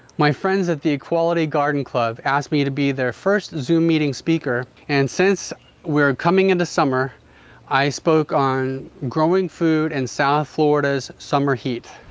my friends at the equality garden club asked me to be their first zoom meeting speaker, and since we're coming into summer i spoke on growing food in and south florida's summer heat.